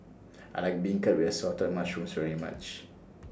I like Beancurd with Assorted Mushrooms very much